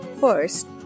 first